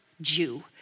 jew